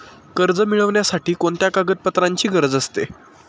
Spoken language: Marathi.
कर्ज मिळविण्यासाठी कोणत्या कागदपत्रांची गरज असते?